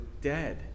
dead